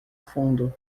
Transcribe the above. fundo